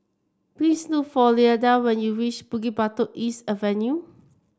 please look for Lyda when you reach Bukit Batok East Avenue